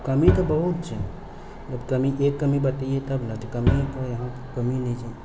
कमी तऽ बहुत छै अब एक कमी बतैयै तब ना कमीके तऽ यहाँ कमी नहि छै